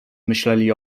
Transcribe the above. myśleli